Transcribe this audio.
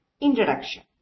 Introduction